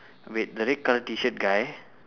wait the red colour T-shirt guy